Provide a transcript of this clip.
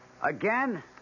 Again